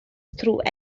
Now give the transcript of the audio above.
through